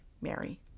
Mary